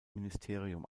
ministerium